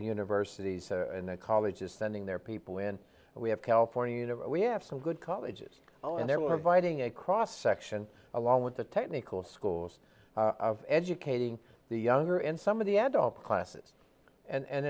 niversities and colleges sending their people in we have california we have some good colleges and there were providing a cross section along with the technical schools of educating the younger and some of the adult classes and